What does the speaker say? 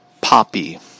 Poppy